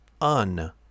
Un